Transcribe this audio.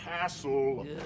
castle